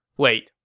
wait,